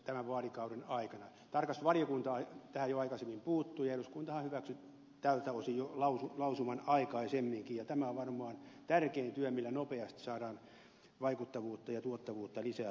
tarkastusvaliokunta tähän jo aikaisemmin puuttui ja eduskuntahan hyväksyi tältä osin jo lausuman aikaisemminkin ja tämä on varmaan tärkein työ millä nopeasti saadaan vaikuttavuutta ja tuottavuutta lisää tuolla puolella